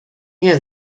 nie